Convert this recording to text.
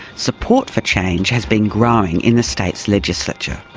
support for change has been growing in the state's legislature.